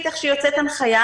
איך שיוצאת הנחיה,